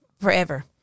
Forever